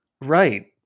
Right